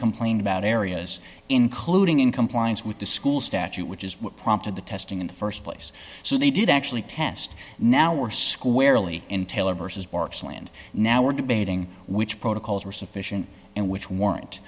complaint about areas including in compliance with the school statute which is what prompted the testing in the st place so they did actually test now we're squarely in taylor vs bork's land now we're debating which protocols were sufficient and which w